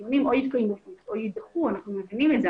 אנחנו מבינים את זה.